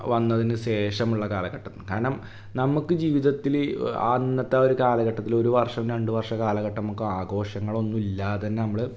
വന്നതിനു ശേഷമുള്ള കാലഘട്ടത്തിനു കാരണം നമുക്കു ജീവതത്തിൽ ആ അന്നത്തെ ആ ഒരു കാലഘട്ടത്തിൽ ഒരു വര്ഷം രണ്ടു വര്ഷ കാലഘട്ടം നമുക്ക് ആഘോഷങ്ങളൊന്നുമില്ലാ തന്നെ നമ്മൾ